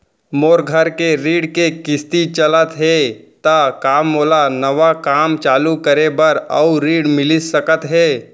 मोर घर के ऋण के किसती चलत हे ता का मोला नवा काम चालू करे बर अऊ ऋण मिलिस सकत हे?